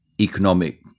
economic